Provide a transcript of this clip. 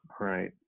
Right